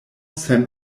sen